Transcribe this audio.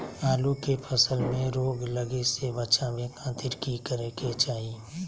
आलू के फसल में रोग लगे से बचावे खातिर की करे के चाही?